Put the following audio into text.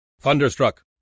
Thunderstruck